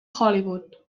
hollywood